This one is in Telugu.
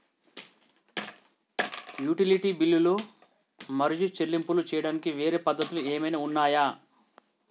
యుటిలిటీ బిల్లులు మరియు చెల్లింపులు చేయడానికి వేరే పద్ధతులు ఏమైనా ఉన్నాయా?